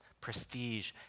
prestige